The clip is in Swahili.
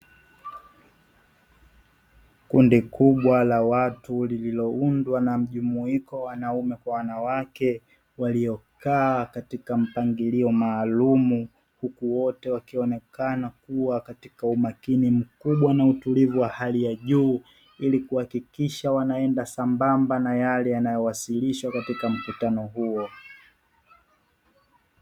Kundi kubwa la watu lililoundwa na mjumuiko wa wanaume kwa wanawake, waliokaa katika mpangilio maalumu. Huku wote wakionekana kuwa katika umakini mkubwa na utulivu wa hali ya juu, ili kuhakikisha wanaenda sambamba na yale yanayowasilishwa katika mkutano huo.